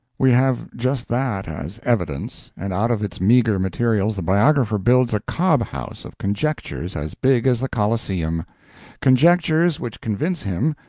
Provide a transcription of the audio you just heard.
we have just that as evidence, and out of its meagre materials the biographer builds a cobhouse of conjectures as big as the coliseum conjectures which convince him,